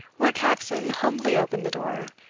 where caxon humbly opened the door,